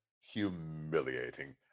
humiliating